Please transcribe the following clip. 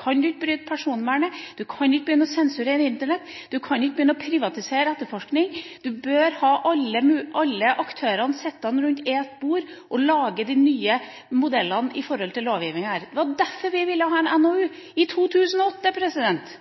kan man ikke bryte personvernet. Man kan ikke begynne å sensurere Internett, man kan ikke begynne å privatisere etterforskning. Man bør ha alle aktører sittende rundt et bord og lage de nye modellene med tanke på lovgivningen her. Det var derfor vi ville ha en NOU i 2008.